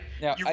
Now